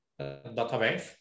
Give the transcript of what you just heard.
database